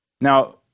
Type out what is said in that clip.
Now